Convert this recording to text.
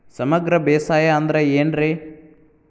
ಸಮಗ್ರ ಬೇಸಾಯ ಅಂದ್ರ ಏನ್ ರೇ?